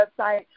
website